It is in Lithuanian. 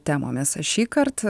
temomis šįkart